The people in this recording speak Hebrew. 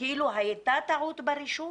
כאילו הייתה טעות ברישום